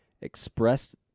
expressed